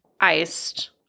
iced